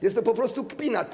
Jest to po prostu kpina.